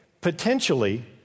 potentially